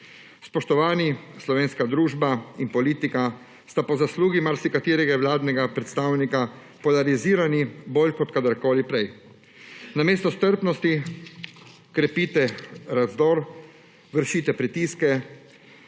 Spoštovani! Slovenska družba in politika sta po zaslugi marsikaterega vladnega predstavnika polarizirani bolj kot kadarkoli prej. Namesto strpnosti krepite razdor, vršite pritiske